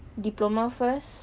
diploma first